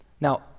Now